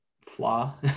flaw